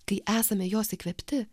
kai esame jos įkvėpti